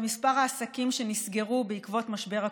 זה מספר העסקים שנסגרו בעקבות משבר הקורונה.